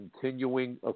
continuing